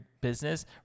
business